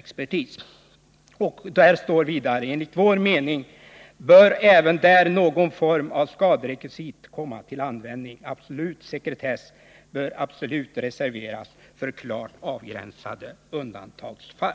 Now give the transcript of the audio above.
I artikeln kan man också läsa följande: ”Enligt vår mening bör även där någon form av skaderekvisit komma till användning. Absolut sekretess bör absolut reserveras för klart avgränsade undantagsfall.”